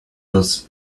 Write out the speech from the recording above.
was